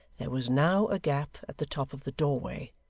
there was now a gap at the top of the doorway,